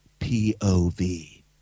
POV